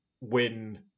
win